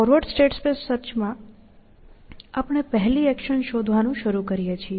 forward state space સર્ચમાં આપણે પહેલી એક્શન શોધવાનું શરૂ કરીએ છીએ